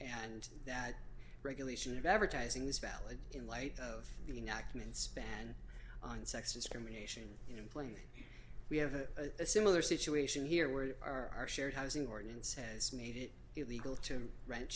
and that regulation of advertising this valid in light of the nachman span on sex discrimination in place we have a similar situation here where our shared housing ordinance says made it illegal to rent